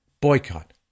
boycott